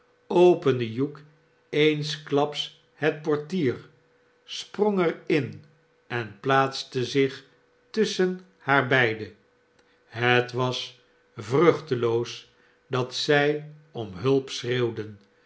opende hugh eensklaps het portier sprong er in en plaatste zich tusschen haar beide het was vruchteloos dat zij om hulp schreeuwden